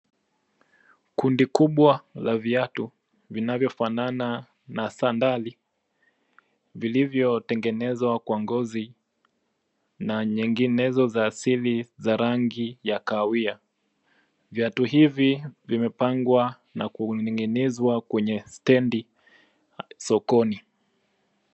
Kundi kubwa la viatu vinavyofanana na sandali vilivyotengenezwa kwa ngozi na nyinginezo za asili za rangi ya kahawia. Viatu hivi vimepangwa na kuning'inizwa kwenye stendi sokoni.